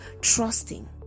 trusting